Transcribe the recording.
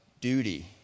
duty